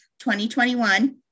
2021